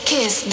Kiss